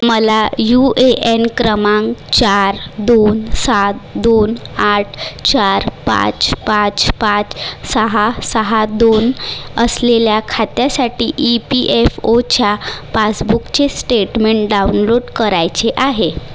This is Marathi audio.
मला यू ए एन क्रमांक चार दोन सात दोन आठ चार पाच पाच पाच सहा सहा दोन असलेल्या खात्यासाटी ई पी एफ ओच्या पासबुकचे स्टेटमेंट डाउनलोट करायचे आहे